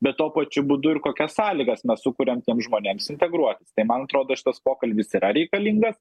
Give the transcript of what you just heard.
bet tuo pačiu būdu ir kokias sąlygas mes sukūriam tiems žmonėms integruo tai man atrodo šitas pokalbis yra reikalingas